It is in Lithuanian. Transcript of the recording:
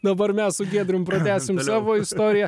dabar mes su giedrium pratęsim savo istoriją